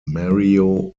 mario